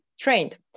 trained